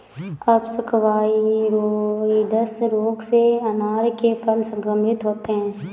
अप्सकवाइरोइड्स रोग से अनार के फल संक्रमित होते हैं